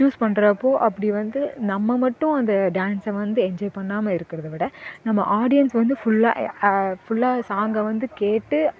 choose பண்ணுறப்போ அப்படி வந்து நம்ம மட்டும் அந்த டான்ஸை வந்து என்ஜாய் பண்ணாமல் இருக்கிறத விட நம்ம ஆடியன்ஸ் வந்து ஃபுல்லாக ஏ ஃபுல்லாக சாங்கை வந்து கேட்டு